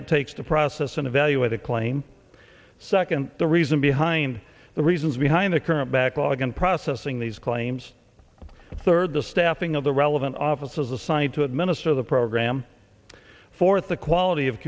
it takes to process and evaluate a claim second the reason behind the reasons behind the current backlog in processing these claims third the staffing of the relevant offices assigned to administer the program fourth the quality of